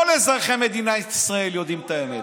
כל אזרחי מדינת ישראל יודעים את האמת.